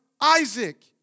Isaac